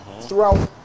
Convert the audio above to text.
throughout